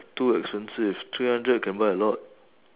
too expensive three hundred can buy a lot